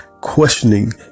questioning